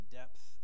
depth